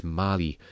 mali